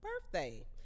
birthday